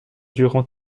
durant